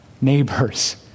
neighbors